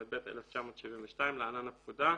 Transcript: התשל"ב-1972 (להלן, הפקודה)"."